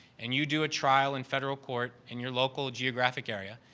and you do a trial in federal court in your local geographic area.